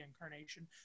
incarnation